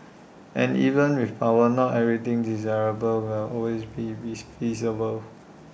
and even with power not everything desirable will always be feasible